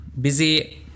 busy